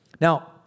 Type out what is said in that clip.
Now